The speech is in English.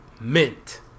mint